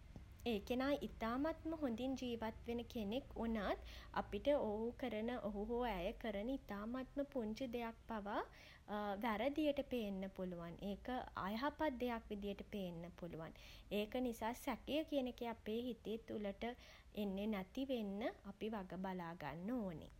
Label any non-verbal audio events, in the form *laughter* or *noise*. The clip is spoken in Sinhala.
*hesitation* ඒ කෙනා ඉතාමත්ම හොඳින් ජීවත් වෙන කෙනෙක් වුණත් *hesitation* අපිට ඔහු කරන *hesitation* ඔහු හෝ ඇය කරන ඉතාමත්ම පුංචි දෙයක් පවා *hesitation* වැරදියට පේන්න පුළුවන්. ඒක *hesitation* අයහපත් දෙයක් විදිහට පේන්න පුළුවන්. ඒක නිසා සැකය කියන එක අපේ හිතේ තුළට එන්නේ නැති වෙන්න *hesitation* අපි වග බලාගන්න ඕනෙ.